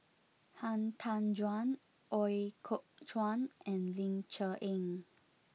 Han Tan Juan Ooi Kok Chuen and Ling Cher Eng